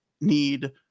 need